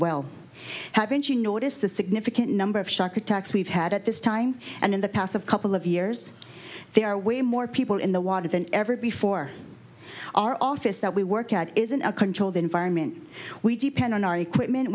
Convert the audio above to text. well haven't you noticed the significant number of shark attacks we've had at this time and in the past of couple of years there are way more people in the water than ever before our office that we work out is in a controlled environment we depend on our equipment